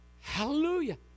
Hallelujah